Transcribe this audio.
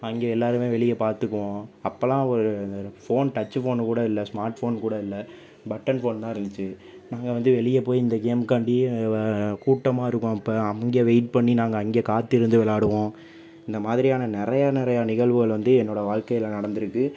அங்கே எல்லோருமே வெளியே பார்த்துக்குவோம் அப்போல்லாம் ஃபோன் டச் ஃபோன் கூட இல்லை ஸ்மார்ட் ஃபோன் கூட இல்லை பட்டன் ஃபோன் தான் இருந்திச்சு நாங்கள் வந்து வெளியே போயி இந்த கேம்காண்டி கூட்டமாக இருக்கும் அப்போ அங்கே வெயிட் பண்ணி நாங்கள் அங்கே காத்திருந்து விளாடுவோம் இந்த மாதிரியான நிறைய நிறைய நிகழ்வுகள் வந்து என்னோடய வாழ்க்கையில் நடந்திருக்கு